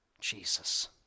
Jesus